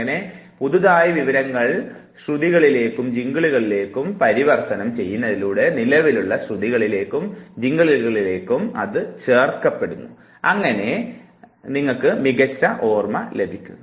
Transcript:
അങ്ങനെ പുതിയതായുള്ള വിവരങ്ങൾ ശ്രുതികളിലേക്കും ജിങ്കിളുകളിലേക്കും പരിവർത്തനം ചെയ്യുന്നതിലൂടെ നിലവിലുള്ള ശ്രുതികളിലേക്കും ജിങ്കിളുകളിലേക്കും അത് ചേർക്കപ്പെടുന്നു അങ്ങനെ നിങ്ങൾക്ക് മികച്ച ഓർമ്മ ലഭിക്കുന്നു